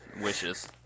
wishes